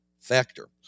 factor